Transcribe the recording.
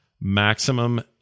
maximum